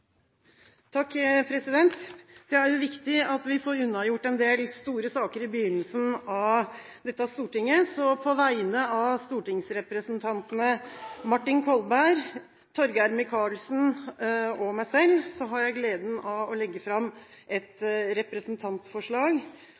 Det er viktig at vi får unnagjort en del store saker i begynnelsen av dette stortinget, så på vegne av stortingsrepresentantene Martin Kolberg, Torgeir Micaelsen og meg selv har jeg gleden av å legge fram et representantforslag